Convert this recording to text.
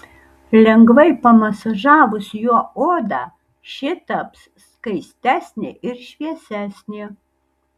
lengvai pamasažavus juo odą ši taps skaistesnė ir šviesesnė